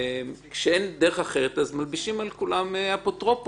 וכשאין דרך אחרת אז מלבישים על כולם אפוטרופוס.